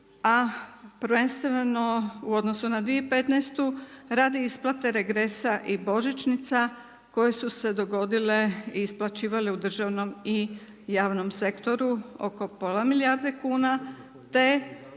a prvenstveno u odnosu na 2015. radi isplate regresa i božićnica koje su se dogodile i isplaćivale u državnom i javnom sektoru oko pola milijardi kuna te